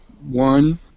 one